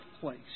place